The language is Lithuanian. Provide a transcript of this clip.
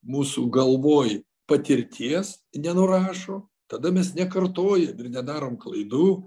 mūsų galvoj patirties nenurašo tada mes nekartojam ir nedarom klaidų